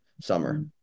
summer